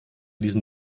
diesem